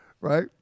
right